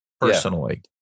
personally